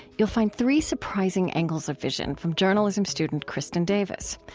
you will find three surprising angles of vision from journalism student christin davis,